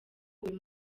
uyu